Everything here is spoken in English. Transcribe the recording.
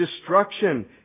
Destruction